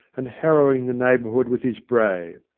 and harrowing the neighbourhood with his bray.